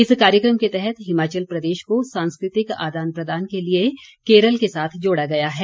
इस कार्यक्रम के तहत हिमाचल प्रदेश को सांस्कृतिक आदान प्रदान के लिए केरल के साथ जोड़ा गया है